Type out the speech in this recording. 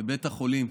בבית החולים.